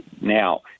Now